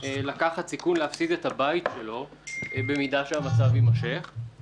לקחת סיכון ולהפסיד את הבית שלו אם המצב יימשך.